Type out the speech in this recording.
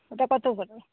ওটা কত করে